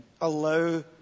allow